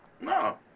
No